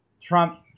Trump